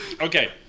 Okay